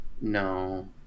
No